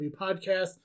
Podcast